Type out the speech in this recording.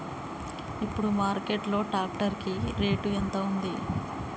ఇప్పుడు మార్కెట్ లో ట్రాక్టర్ కి రేటు ఎంత ఉంది?